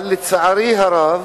לצערי הרב,